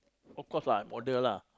of course lah I'm older lah